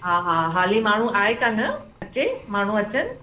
हा हा हाली माण्हू आहे कान अचे माण्हू अचनि